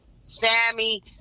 Sammy